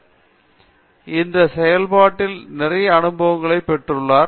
எனவே இந்த செயல்பாட்டில் நிறைய அனுபவங்கள் பெற்றுள்ளார்